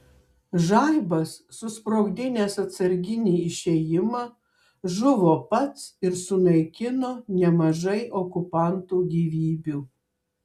žaibas susprogdinęs atsarginį išėjimą žuvo pats ir sunaikino nemažai okupantų gyvybių